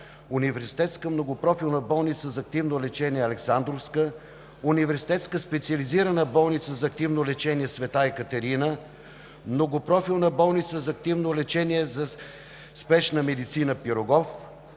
Университетска многопрофилна болница за активно лечение „Александровска“, Университетска специализирана болница за активно лечение „Св. Екатерина“, Многопрофилна болница за активно лечение за спешна медицина „Пирогов“,